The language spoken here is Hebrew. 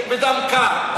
בדם קר.